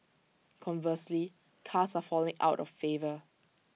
conversely cars are falling out of favour